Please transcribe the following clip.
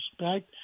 respect